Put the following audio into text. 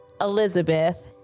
Elizabeth